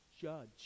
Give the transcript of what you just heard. judge